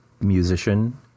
musician